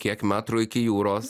kiek metrų iki jūros